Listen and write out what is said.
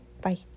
Bye